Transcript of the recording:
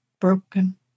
broken